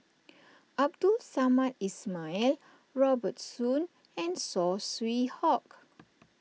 Abdul Samad Ismail Robert Soon and Saw Swee Hock